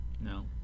No